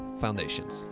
foundations